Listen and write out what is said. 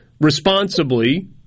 responsibly